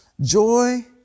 Joy